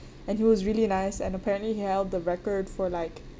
and he was really nice and apparently he held the record for like